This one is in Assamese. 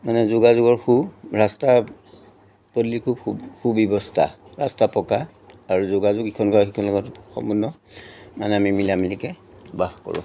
মানে যোগাযোগৰ সু ৰাস্তা পদূলি খুব সু সু ব্যৱস্থা ৰাস্তা পকা আৰু যোগাযোগ ইখন গাঁও সিখন গাঁও লগত মানে আমি মিলামিলিকৈ বাস কৰোঁ